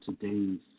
today's